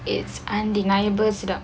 it's undeniable sedap